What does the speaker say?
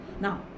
now